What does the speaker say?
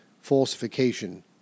falsification